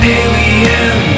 alien